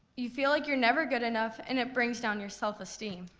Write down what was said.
you feel like you're never good enough and it brings down your self-esteem.